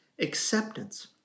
acceptance